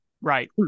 right